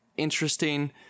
interesting